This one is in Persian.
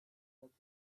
محوطه